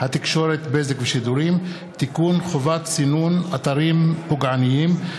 התקשורת (בזק ושידורים) (תיקון חובת סינון אתרים פוגעניים),